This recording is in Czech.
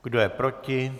Kdo je proti?